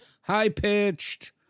high-pitched